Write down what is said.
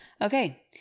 okay